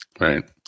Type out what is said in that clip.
Right